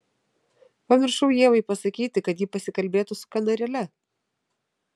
pamiršau ievai pasakyti kad ji pasikalbėtų su kanarėle